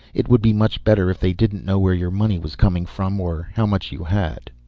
it would be much better if they didn't know where your money was coming from or how much you had.